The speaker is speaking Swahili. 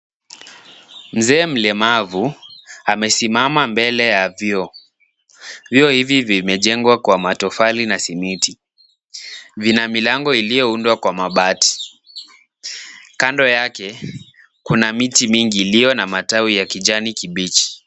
Mzee mlemavu, amesimama mbele ya vyoo. Vyoo hivi vimejengwa kwa matofali na simiti. Bima milango iliyoundwa kwa mabati. Kando yake, kuna miti mingi iliyo na matawi ya kijani kibichi.